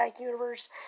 Universe